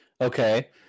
okay